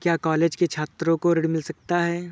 क्या कॉलेज के छात्रो को ऋण मिल सकता है?